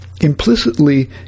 implicitly